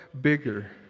bigger